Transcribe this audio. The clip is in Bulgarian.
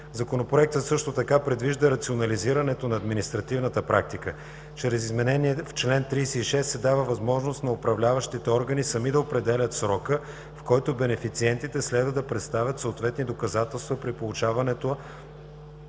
Законопроектът също така предвижда рационализирането на административната практика. Чрез изменение в чл. 36 се дава възможност на управляващите органи сами да определят срока, в който бенефициентите следва да представят съответни доказателства при получаването